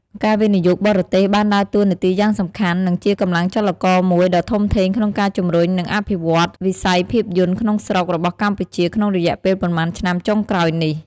ការវិនិយោគបរទេសបានដើរតួនាទីយ៉ាងសំខាន់ និងជាកម្លាំងចលករមួយដ៏ធំធេងក្នុងការជំរុញ និងអភិវឌ្ឍវិស័យភាពយន្តក្នុងស្រុករបស់កម្ពុជាក្នុងរយៈពេលប៉ុន្មានឆ្នាំចុងក្រោយនេះ។